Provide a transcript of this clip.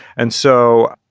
and so,